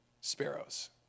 sparrows